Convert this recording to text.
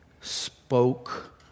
spoke